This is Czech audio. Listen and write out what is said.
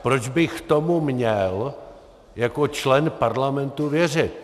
Proč bych tomu měl jako člen parlamentu věřit?